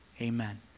Amen